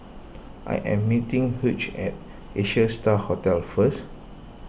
I am meeting Hughes at Asia Star Hotel first